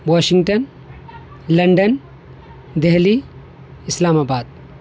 Washington London Delhi اسلام آباد